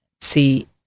see